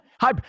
hi